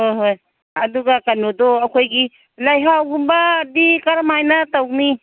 ꯍꯣꯏ ꯍꯣꯏ ꯑꯗꯨꯒ ꯀꯩꯅꯣꯗꯣ ꯑꯩꯈꯣꯏꯒꯤ ꯂꯩꯍꯥꯎꯒꯨꯝꯕꯗꯤ ꯀꯔꯝ ꯍꯥꯏꯅ ꯇꯧꯅꯤ